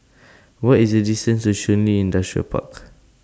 What IS The distance to Shun Li Industrial Park